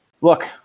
look